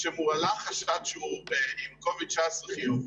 שמועלה חשד שהוא עם קוביד-19 חיובי,